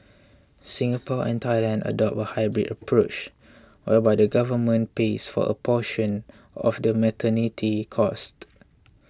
Singapore and Thailand adopt a hybrid approach whereby the government pays for a portion of the maternity costs